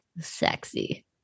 Sexy